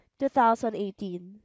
2018